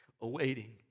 awaiting